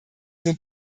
sind